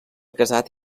casat